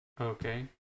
Okay